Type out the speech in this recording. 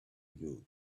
you